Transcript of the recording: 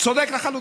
צודק לחלוטין.